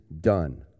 done